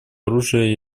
оружия